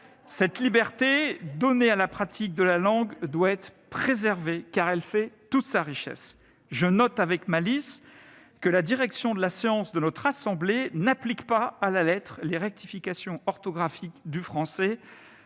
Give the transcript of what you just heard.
Cette liberté donnée à la pratique de la langue doit être préservée, car elle fait toute sa richesse. Je note, avec malice, que la direction de la séance de notre assemblée n'applique pas à la lettre les rectifications orthographiques du français